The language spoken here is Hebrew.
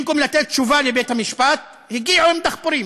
במקום לתת תשובה לבית-המשפט, הגיעו עם דחפורים.